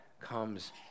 comes